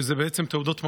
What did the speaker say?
שזה בעצם תעודות מקור,